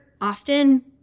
often